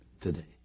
today